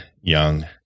young